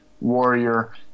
warrior